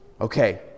Okay